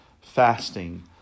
fasting